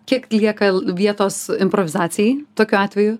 kiek lieka l vietos improvizacijai tokiu atveju